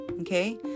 Okay